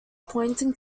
pointing